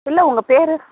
இல்லை உங்கப்பேர்